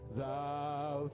thou